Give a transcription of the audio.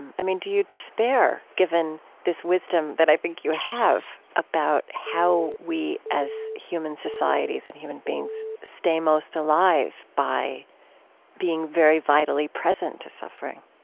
and i mean, do you despair, given this wisdom that i think you have about how we as human societies and human beings stay most alive by being very vitally present to suffering?